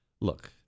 look